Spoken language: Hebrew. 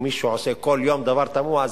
ואם מישהו עושה כל יום דבר תמוה,